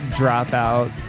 dropout